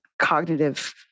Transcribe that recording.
cognitive